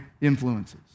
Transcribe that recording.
influences